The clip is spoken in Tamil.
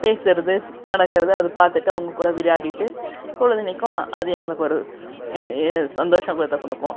பேசுறது நடக்கிறது அது பார்த்துட்டு அவங்க கூட விளையாடிகிட்டு பொழுதினைக்கும் அது எங்களுக்கு ஒரு என் சந்தோஷங்கறத கொடுக்கும்